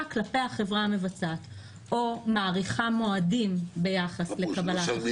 כלפי החברה המבצעת או מאריכה מועדים ביחס לקבלת החלטה.